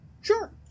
Sure